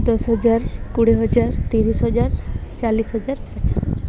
ଦଶ ହଜାର କୋଡ଼ିଏ ହଜାର ତିରିଶି ହଜାର ଚାଳିଶି ହଜାର ପଚାଶ ହଜାର